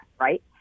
right